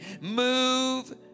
Move